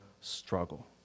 struggle